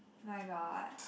my god